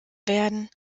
werden